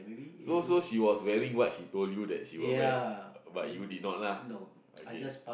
so so she was wearing what she told you that she will wear but you did not lah okay